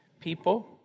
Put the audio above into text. people